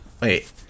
Wait